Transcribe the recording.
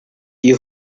you